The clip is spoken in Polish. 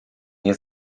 nie